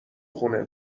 خونه